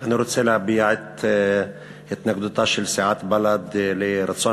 אני רוצה להביע את התנגדותה של סיעת בל"ד לרצון